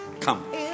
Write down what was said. come